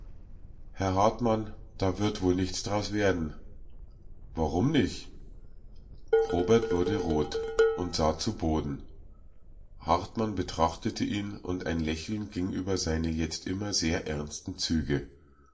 herr hartmann da wird wohl nichts draus werden warum nich robert wurde rot und sah zu boden hartmann betrachtete ihn und ein lächeln ging über seine jetzt immer sehr ernsten züge